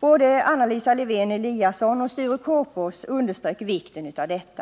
Både Anna Lisa Lewén Eliasson och Sture Korpås underströk vikten av detta.